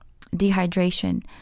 dehydration